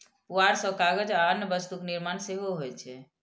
पुआर सं कागज आ अन्य वस्तुक निर्माण सेहो होइ छै